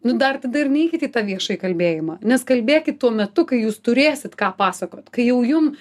nu dar tada ir neikit į tą viešąjį kalbėjimą nes kalbėkit tuo metu kai jūs turėsit ką pasakot kai jau jum